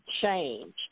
changed